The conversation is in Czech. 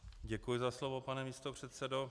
Děkuji za slovo, pane místopředsedo.